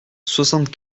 soixante